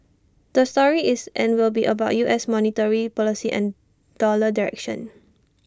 the story is and will be about U S monetary policy and dollar direction